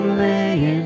laying